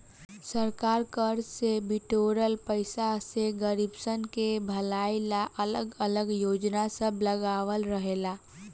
सरकार कर से बिटोराइल पईसा से गरीबसन के भलाई ला अलग अलग योजना सब लगावत रहेला